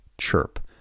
CHIRP